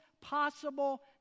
possible